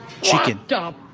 Chicken